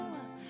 up